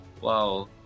wow